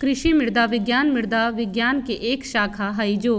कृषि मृदा विज्ञान मृदा विज्ञान के एक शाखा हई जो